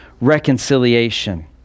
reconciliation